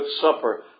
supper